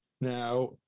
Now